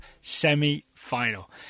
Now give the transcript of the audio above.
semi-final